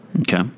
Okay